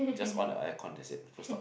just on the air con that's it full stop